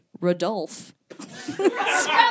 Rodolphe